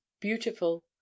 beautiful